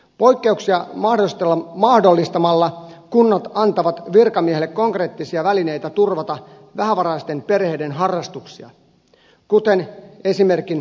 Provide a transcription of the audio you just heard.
poikkeuksia mahdollistamalla kunnat antavat virkamiehille konkreettisia välineitä turvata vähävaraisten perheiden harrastuksia kuten esimerkiksi musiikin harrastamisessa